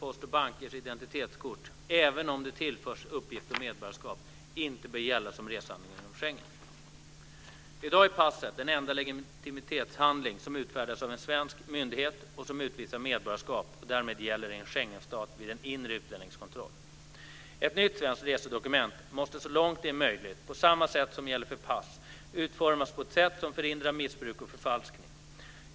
Postens och bankers identitetskort - även om de tillförs uppgift om medborgarskap - inte bör gälla som resehandling inom Schengen. I dag är passet den enda legitimationshandling som utfärdas av en svensk myndighet och som utvisar medborgarskap och därmed gäller i en Schengenstat vid en inre utlänningskontroll. Ett nytt svenskt resedokument måste så långt det är möjligt - på samma sätt som gäller för pass - utformas på ett sätt som förhindrar missbruk och förfalskning.